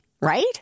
Right